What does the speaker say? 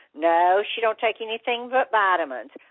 no, she don't take anything but vitamins.